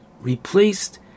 replaced